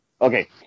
okay